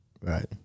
right